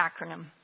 acronym